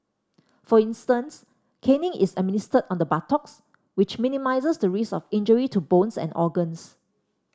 for instance caning is administered on the buttocks which minimises the risk of injury to bones and organs